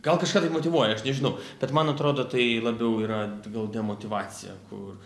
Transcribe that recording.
gal kažką tai motyvuoja aš nežinau bet man atrodo tai labiau yra gal demotyvacija kur